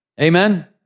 Amen